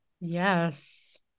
yes